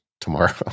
tomorrow